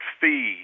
fee